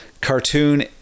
cartoon-